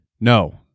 No